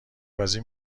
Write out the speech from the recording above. بازی